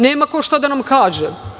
Nema ko šta da nam kaže.